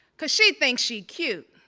cuz she thinks she cute.